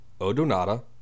Odonata